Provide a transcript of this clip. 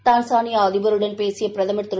Tanzania அதிபருடன் பேசிய பிரதமர் திரு